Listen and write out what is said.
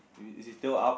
is is it still up